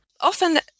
Often